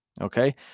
okay